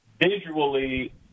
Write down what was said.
Visually